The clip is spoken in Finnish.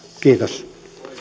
kiitos